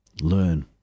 learn